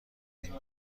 دادیم